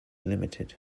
limited